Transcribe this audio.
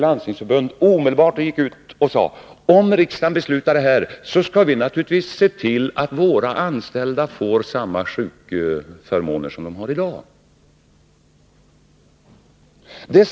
Landstingsförbundet omedelbart gick ut och sade: Om riksdagen beslutar i enlighet med regeringens förslag, skall vi naturligtvis se till att våra anställda får samma sjukförmåner som de i dag har.